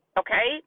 okay